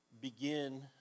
begin